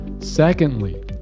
Secondly